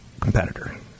competitor